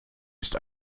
ist